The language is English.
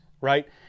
right